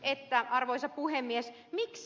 että arvoisa puhemies miksi